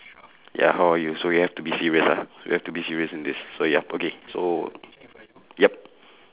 ya how are you so we have to be serious ah we have to be serious in this so ya okay so yup